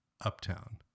Uptown